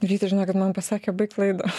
ryti žinokit man pasakė baik laidą